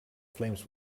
flames